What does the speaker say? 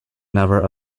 never